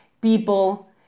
people